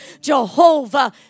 Jehovah